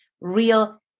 Real